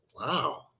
wow